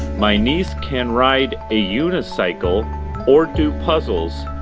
my niece can ride a unicycle or do puzzles